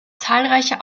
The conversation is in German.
zahlreiche